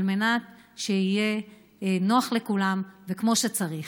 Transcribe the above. על מנת שיהיה נוח לכולם וכמו שצריך.